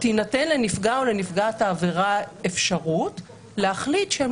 תינתן לנפגע או לנפגעת העבירה אפשרות להחליט שהם